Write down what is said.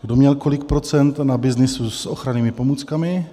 Kdo měl kolik procent na byznysu s ochrannými pomůckami?